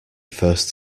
first